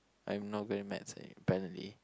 I'm not good in maths eh apparently